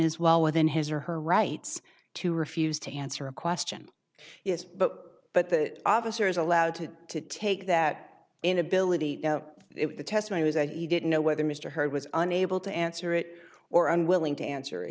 is well within his or her rights to refuse to answer a question is but but the officer is allowed to take that inability if the testimony was and you didn't know whether mr hurd was unable to answer it or unwilling to answer